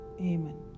amen